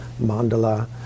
mandala